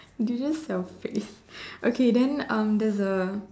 did you just self praise okay then um there's a